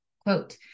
Quote